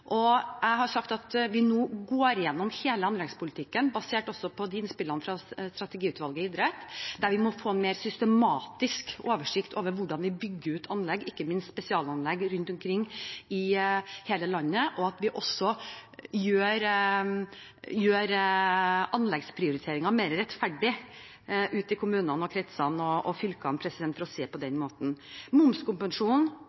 og jeg har sagt at vi nå går gjennom hele anleggspolitikken, basert også på innspillene fra Strategiutvalget for idrett. Vi må få en mer systematisk oversikt over hvordan vi bygger ut anlegg, ikke minst spesialanlegg, rundt omkring i hele landet, og at vi også gjør anleggsprioriteringen mer rettferdig ute i kommunene, kretsene og fylkene – for å si det på